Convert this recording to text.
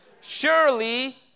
Surely